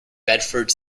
bedford